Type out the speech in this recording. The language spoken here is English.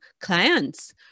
clients